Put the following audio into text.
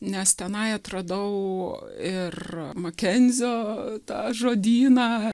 nes tenai atradau ir makenzio tą žodyną